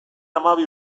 hamabi